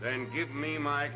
then give me my